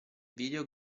video